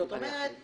זאת אומרת,